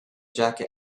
jacket